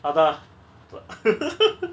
அதா:atha